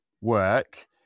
work